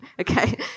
okay